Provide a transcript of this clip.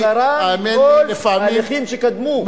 היא חזרה מכל ההליכים שקדמו.